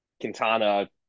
Quintana